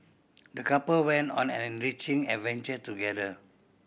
the couple went on an enriching adventure together